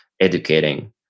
educating